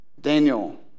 Daniel